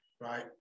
right